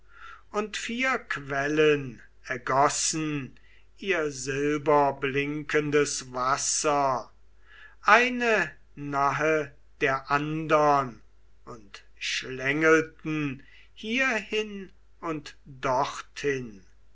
und vier quellen ergossen ihr silberblinkendes wasser eine nahe der andern und schlängelten hierhin und dorthin